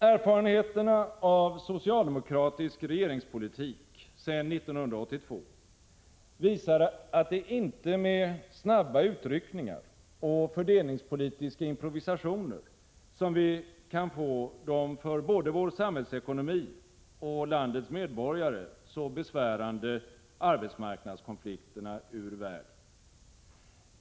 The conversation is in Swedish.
Erfarenheterna av socialdemokratisk regeringspolitik sedan 1982 visar att det inte är med snabba utryckningar och fördelningspolitiska improvisationer som vi kan få de för både vår samhällsekonomi och landets medborgare så besvärande arbetsmarknadskonflikterna ur världen.